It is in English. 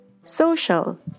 Social